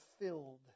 filled